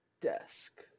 Desk